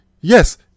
Yes